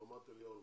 רמת אליהו למשל.